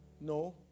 No